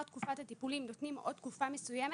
תקופת הטיפולים נותנים עוד תקופה מסוימת,